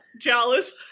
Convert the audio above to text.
Jealous